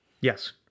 Yes